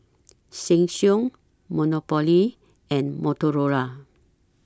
Sheng Siong Monopoly and Motorola